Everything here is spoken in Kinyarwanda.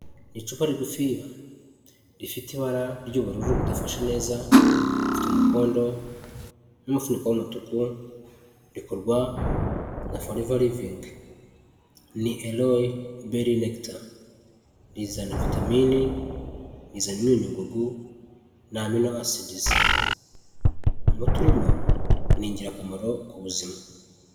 Icupa rigufiya, rifite ibara ry'ubururu budafashe neza ,rifite umukondo ,n'umufuniko w'umutuku rikorwa na forevarivingi ni eroyi beri rekita rizana vitaminini rizana imyunyungugu na amino asidizi umuti urimo ni ingirakamaro ku buzima.